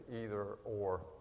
either-or